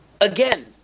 Again